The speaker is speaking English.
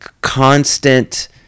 constant